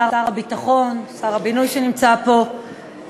שר הביטחון, שר הבינוי שנמצא פה, לא שומעים,